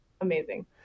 amazing